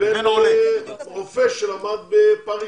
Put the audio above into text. מרופא שלמד בפריס?